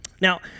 Now